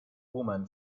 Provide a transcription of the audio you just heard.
woman